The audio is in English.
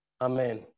Amen